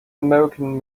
american